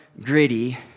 gritty